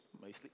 mostly